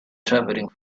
travelling